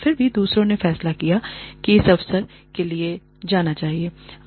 फिर भी दूसरों ने फैसला किया इस अवसर के लिए नहीं जाना है